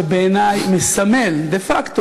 שבעיני מסמל דה-פקטו,